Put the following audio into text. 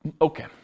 Okay